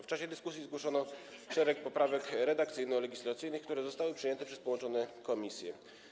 W czasie dyskusji zgłoszono szereg poprawek redakcyjno-legislacyjnych, które zostały przyjęte przez połączone komisje.